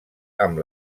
amb